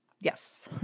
Yes